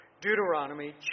Deuteronomy